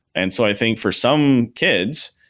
and so i think for some kids,